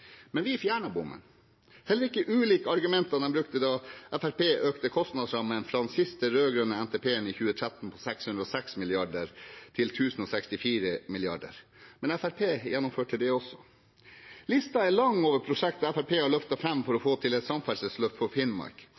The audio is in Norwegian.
Men vi fjernet bommen! Det er heller ikke ulikt argumentene de brukte da Fremskrittspartiet økte kostnadsrammen fra den siste rød-grønne NTP-en i 2013, fra 606 mrd. kr til 1 064 mrd. kr, men Fremskrittspartiet gjennomførte det også. Listen er lang over prosjekter Fremskrittspartiet har løftet fram for å få til et samferdselsløft for Finnmark.